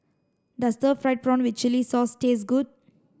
does stir fried prawn with chili sauce taste good